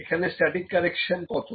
এখানে static correction কত